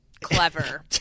clever